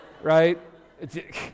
Right